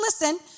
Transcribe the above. listen